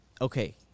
okay